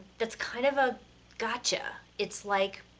that's kind of a gotcha. it's like,